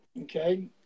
Okay